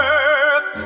earth